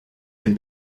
can